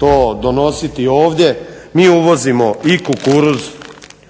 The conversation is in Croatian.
to donositi ovdje mi uvozimo i kukuruz,